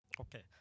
Okay